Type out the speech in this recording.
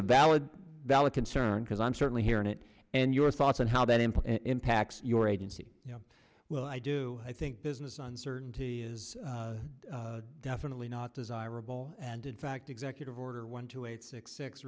a valid valid concern because i'm certainly here and it and your thoughts on how that impacts and impacts your agency you know well i do i think business uncertainty is definitely not desirable and in fact executive order one two eight six six